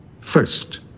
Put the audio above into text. First